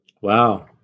Wow